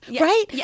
right